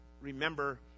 remember